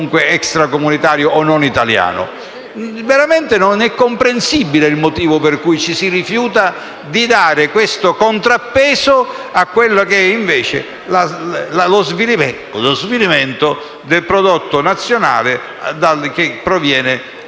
extracomunitario o non italiano? Davvero non è comprensibile il motivo per cui ci si rifiuta di dare questo contrappeso a quello che, invece, è lo svilimento del prodotto nazionale derivante